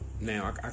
now